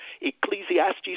Ecclesiastes